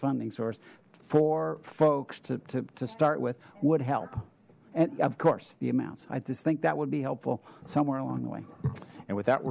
funding source for folks to start with would help and of course the amounts i just think that would be helpful somewhere along the way and without